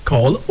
Call